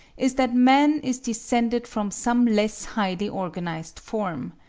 is that man is descended from some less highly organised form.